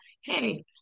Hey